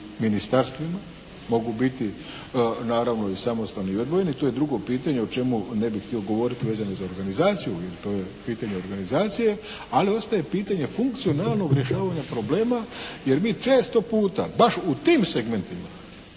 ministarstvima, mogu biti naravno i samostalni i odvojeni. To je drugo pitanje o čemu ne bih htio govoriti vezano za organizaciju, jer to je pitanje organizacije, ali ostaje pitanje funkcionalnog rješavanja problema jer mi često puta baš u tim segmentima